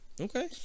okay